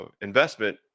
investment